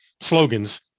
slogans